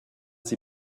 sie